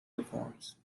reforms